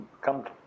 come